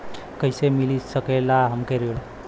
कइसे मिल सकेला हमके ऋण?